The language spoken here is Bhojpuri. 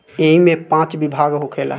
ऐइमे पाँच विभाग होखेला